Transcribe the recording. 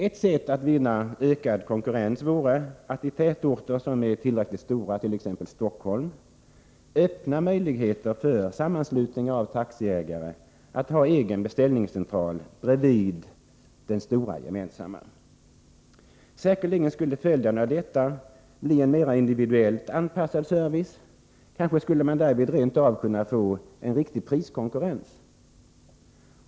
Ett sätt att vinna ökad konkurrens vore att i tätorter som är tillräckligt stora, t.ex. Stockholm, öppna möjligheter för sammanslutningar av taxiägare att ha en egen beställningscentral bredvid den stora gemensamma. Säkerligen skulle följden av detta bli en mera individuellt anpassad service, kanske skulle man därvid rentav kunna få en riktig priskonkurrens.